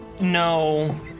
No